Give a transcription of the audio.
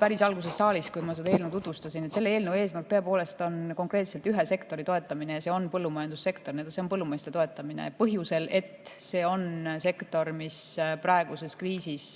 päris alguses saalis, kui ma eelnõu tutvustasin. Selle eelnõu eesmärk tõepoolest on konkreetselt ühe sektori toetamine ja see on põllumajandussektor. See on põllumeeste toetamine põhjusel, et see on sektor, mis praeguses kriisis